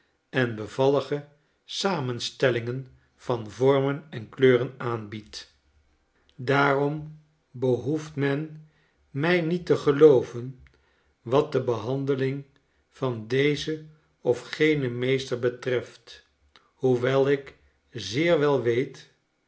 en bevallige samenstellingen van vormen en kleuren aanbiedt daarom behoeft men mij niet te gelooven wat de behandeling van dezen of genen meester betreft hoewel ik zeer wel weet